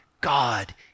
God